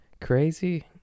Crazy